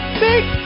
big